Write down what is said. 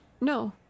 no